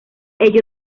ello